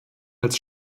als